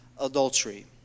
adultery